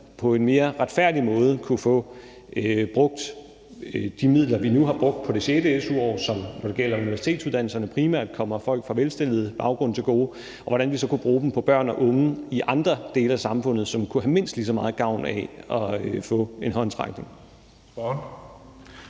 på en mere retfærdig måde kunne få brugt de midler, vi nu har brugt på det sjette su-år, som, når det gælder universitetsuddannelserne, primært kommer folk fra velstillede baggrunde til gode, og hvordan vi så kunne bruge dem på børn og unge i andre dele af samfundet, som kunne have mindst lige så meget gavn af at få en håndsrækning.